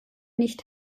nicht